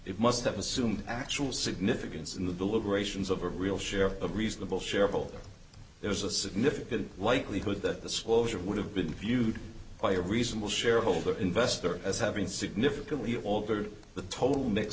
it must have assumed actual significance in the deliberations of a real share of a reasonable shareable there's a significant likelihood that the soldier would have been viewed by a reasonable shareholder investor as having significantly altered the total mix